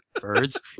birds